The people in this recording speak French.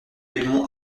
edmond